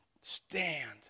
Stand